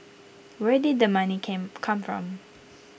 where did the money came come from